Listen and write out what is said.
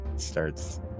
starts